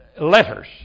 letters